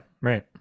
right